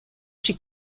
she